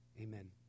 amen